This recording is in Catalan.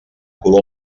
color